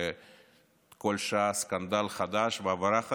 כל שעה סקנדל חדש ועבירה חדשה,